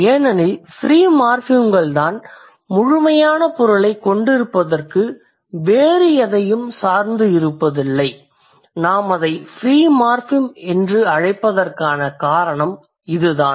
ஏனெனில் ஃப்ரீ மார்ஃபிம்கள் தான் முழுமையான பொருளைக் கொண்டிருப்பதற்கு வேறு எதையும் சார்ந்து இருப்பதில்லை நாம் அதை ஃப்ரீ மார்ஃபிம் என்று அழைப்பதற்கான காரணம் இதுதான்